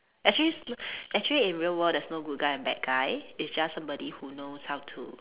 actually s~ actually in real world there's no good guy and bad guy it's just somebody who knows how to